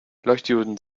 leuchtdioden